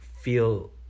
feel